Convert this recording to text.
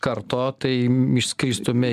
karto tai išskristume